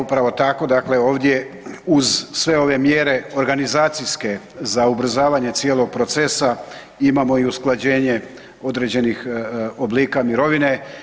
Upravo tako, dakle ovdje uz sve ove mjere organizacijske za ubrzavanje cijelog procesa imamo i usklađenje određenih oblika mirovine.